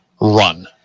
run